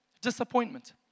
Disappointment